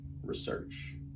research